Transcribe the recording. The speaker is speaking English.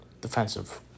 defensive